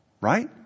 Right